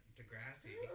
Degrassi